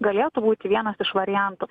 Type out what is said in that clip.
galėtų būti vienas iš variantų